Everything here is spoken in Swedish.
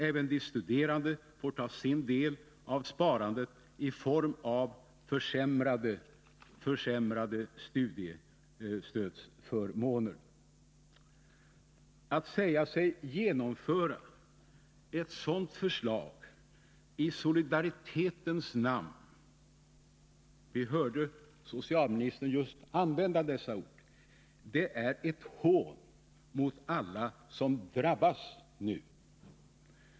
Även de studerande får ta sin del av sparandet i form av försämrade studiestödsförmåner. Att säga sig genomföra ett sådant förslag i solidaritetens namn — vi hörde socialministern använda just dessa ord — är ett hån mot alla som drabbas nu.